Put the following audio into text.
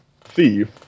thief